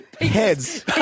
heads